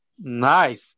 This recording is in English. Nice